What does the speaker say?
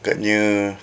agaknya